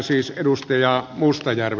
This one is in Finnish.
halusin äänestää jaa